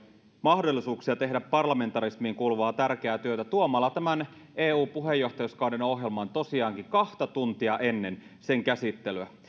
mahdollisuuksia tehdä parlamentarismiin kuuluvaa tärkeää työtä tuomalla tämän eu puheenjohtajuuskauden ohjelman tosiaankin kaksi tuntia ennen sen käsittelyä